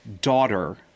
daughter